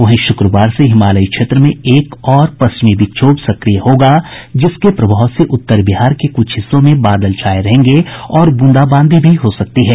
वहीं शुक्रवार से हिमालयी क्षेत्र में एक और पश्चिमी विक्षोभ सक्रिय होगा जिसके प्रभाव से उत्तर बिहार के कुछ हिस्सों में बादल छाये रहेंगे और ब्रंदाबांदी भी हो सकती है